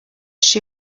she